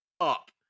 up